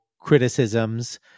criticisms